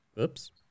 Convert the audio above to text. oops